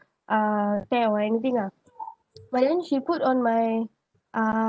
uh tear or anything lah but the she put on my uh